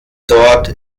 dort